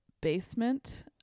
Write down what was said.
basement